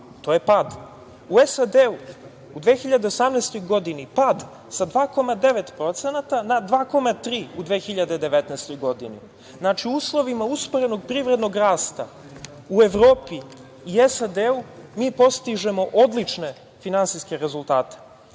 To je pad. U SAD u 2018. godini pad sa 2,9% na 2,3% u 2019. godini. Znači, u uslovima usporenog privrednog rasta u Evropi i SAD mi postižemo odlične finansijske rezultate. Što